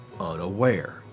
unaware